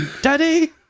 Daddy